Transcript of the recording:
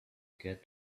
get